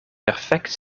perfect